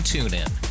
TuneIn